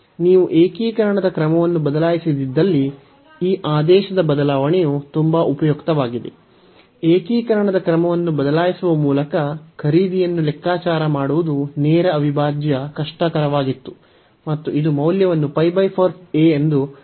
ನೀವು ಏಕೀಕರಣದ ಕ್ರಮವನ್ನು ಬದಲಾಯಿಸದಿದ್ದಲ್ಲಿ ಈ ಆದೇಶದ ಬದಲಾವಣೆಯು ತುಂಬಾ ಉಪಯುಕ್ತವಾಗಿದೆ ಏಕೀಕರಣದ ಕ್ರಮವನ್ನು ಬದಲಾಯಿಸುವ ಮೂಲಕ ಖರೀದಿಯನ್ನು ಲೆಕ್ಕಾಚಾರ ಮಾಡುವುದು ನೇರ ಅವಿಭಾಜ್ಯ ಕಷ್ಟಕರವಾಗಿತ್ತು ಮತ್ತು ಇದು ಮೌಲ್ಯವನ್ನು ಎಂದು ನಾವು ಪಡೆದುಕೊಂಡಿದ್ದೇವೆ